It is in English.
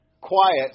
quiet